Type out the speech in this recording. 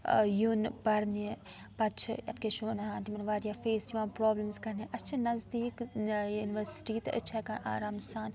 ٲں یُن پَرنہِ پَتہٕ چھِ اَتھ کیٛاہ چھِ وَنان تِمَن واریاہ فیس یِوان پرٛابلِمٕز کَرنہِ اسہِ چھِ نَزدیٖک ٲں یونیورسِٹی تہٕ أسۍ چھِ ہیٚکان آرام سان